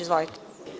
Izvolite.